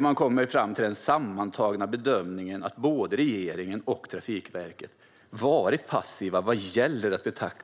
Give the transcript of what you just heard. Man kommer fram till den sammantagna bedömningen att både regeringen och Trafikverket varit passiva vad gäller att